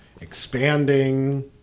expanding